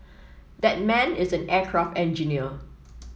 that man is an aircraft engineer